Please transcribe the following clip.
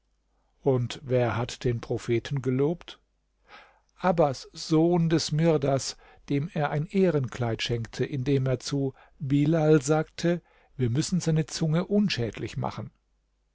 und wer hat den propheten gelobt abbas sohn des mirdas dem er ein ehrenkleid schenkte indem er zu bilal sagte wir müssen seine zunge unschädlich machen